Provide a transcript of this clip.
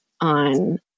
on